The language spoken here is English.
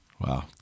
Wow